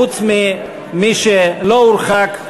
חוץ ממי שלא הורחק,